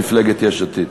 מפלגת יש עתיד.